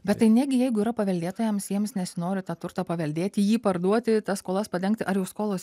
bet tai negi jeigu yra paveldėtojams jiems nesinori tą turtą paveldėti jį parduoti tas skolas padengti ar jau skolos